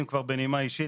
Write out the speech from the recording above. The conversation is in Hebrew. אם כבר בנימה אישית,